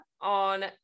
on